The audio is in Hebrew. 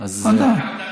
להעביר לוועדה.